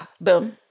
Boom